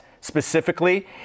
specifically